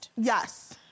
Yes